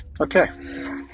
Okay